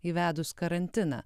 įvedus karantiną